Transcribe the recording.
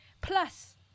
plus